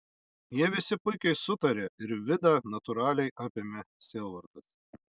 jie visi puikiai sutarė ir vidą natūraliai apėmė sielvartas